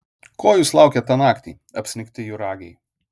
ko jūs laukėt tą naktį apsnigti juragiai